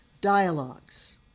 dialogues